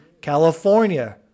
California